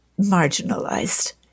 marginalized